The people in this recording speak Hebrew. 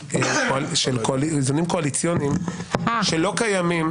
זה דגל של העם הפלסטיני ולא של ------ שחרור פלסטין.